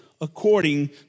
according